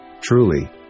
Truly